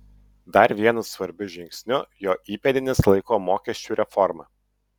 dar vienu svarbiu žingsniu jo įpėdinis laiko mokesčių reformą